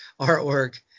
artwork